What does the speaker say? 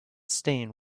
stain